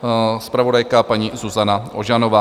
Ano, zpravodajka paní Zuzana Ožanová.